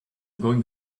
going